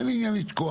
אין לי עניין לתקוע.